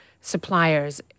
suppliers